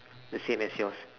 the same as yours